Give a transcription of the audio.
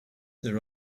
her